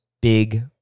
big